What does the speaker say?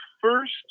first